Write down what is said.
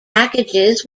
packages